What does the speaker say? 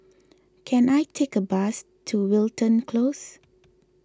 can I take a bus to Wilton Close